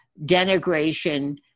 denigration